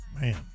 Man